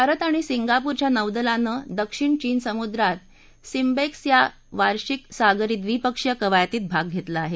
भारत आणि सिंगापूरच्या नौदलाने दक्षिण चीन समुद्रात सिम्बएक्स या वार्षिक सागरी द्विपक्षीय कवायतीत भाग घेतला आहे